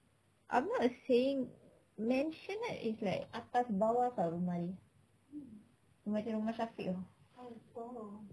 I'm not saying maisonette is like atas bawah [tau] rumah dia macam rumah shafiq tu